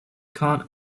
con